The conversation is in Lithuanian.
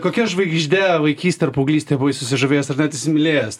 kokia žvaigžde vaikystėj ar paauglystėj buvai susižavėjęs ar net įsimylėjęs